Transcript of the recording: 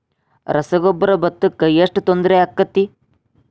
ರಸಗೊಬ್ಬರ, ಭತ್ತಕ್ಕ ಎಷ್ಟ ತೊಂದರೆ ಆಕ್ಕೆತಿ?